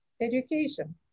education